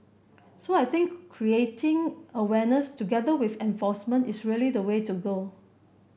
so I think creating awareness together with enforcement is really the way to go